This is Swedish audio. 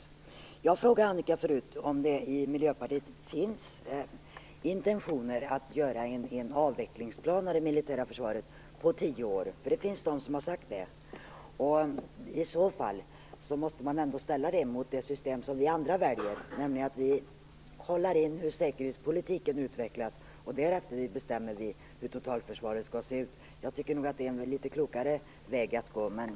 Jag frågade tidigare Annika Nordgren om det i Miljöpartiet finns intentioner att göra en avvecklingsplan om tio år för det militära försvaret. Det finns personer som har sagt det. En sådan avveckling måste ställas mot den metod som vi andra väljer, nämligen att följa hur säkerhetspolitiken utvecklas och på den grunden bestämma hur totalförsvaret skall se ut. Jag tycker nog att det är en litet klokare väg att gå.